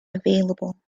available